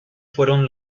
fueron